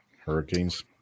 Hurricanes